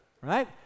right